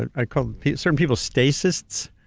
ah i call certain people stasists,